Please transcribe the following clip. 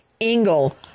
Engel